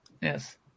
yes